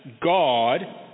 God